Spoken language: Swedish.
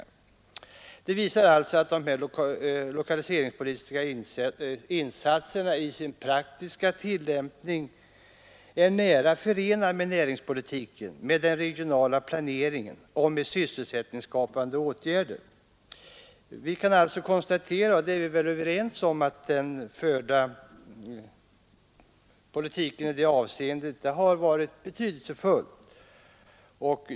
Detta visar att de lokaliseringspolitiska insatserna i sin praktiska tillämpning är nära förenade med näringspolitiken, med den regionala planeringen och med sysselsättningsskapande åtgärder. Vi kan alltså konstatera — det är vi väl överens om — att den förda politiken i det avseendet har varit betydelsefull.